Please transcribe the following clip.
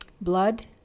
Blood